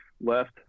left